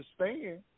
understand